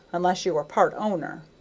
unless you are part owner.